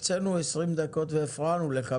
הקצינו 20 דקות והפרענו לך,